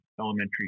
Elementary